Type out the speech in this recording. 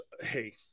Hey